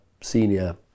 senior